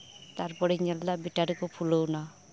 ᱛᱟᱨᱯᱚᱨᱮᱧ ᱧᱮᱞᱫᱟ ᱵᱮᱴᱟᱨᱤᱠᱩ ᱯᱷᱩᱞᱟᱹᱣᱮᱱᱟ